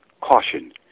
Caution